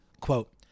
quote